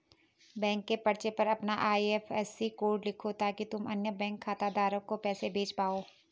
bank के पर्चे पर अपना आई.एफ.एस.सी कोड लिखो ताकि तुम अन्य बैंक खाता धारक को पैसे भेज पाओ